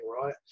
right